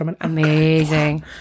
Amazing